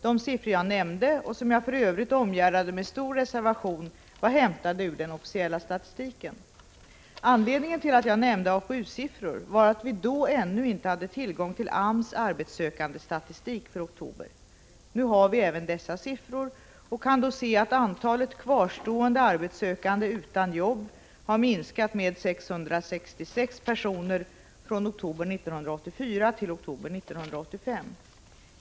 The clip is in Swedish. De siffror jag nämnde, och som jag för övrigt omgärdade med stor reservation, var hämtade ur den officiella statistiken. Anledningen till att jag nämnde AKU-siffror var att vi då ännu inte hade tillgång till AMS arbetssökandestatistik för oktober. Nu har vi även dessa siffror och kan då se att antalet kvarstående arbetssökande utan jobb har minskat med 666 personer från oktober 1984 till oktober 1985.